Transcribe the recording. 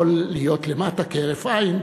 יכול להיות למטה כהרף עין,